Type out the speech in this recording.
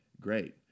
great